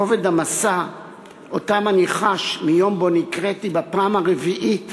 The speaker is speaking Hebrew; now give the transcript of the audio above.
כובד המשא שאותו אני חש מיום שבו נקראתי בפעם הרביעית